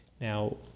now